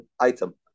item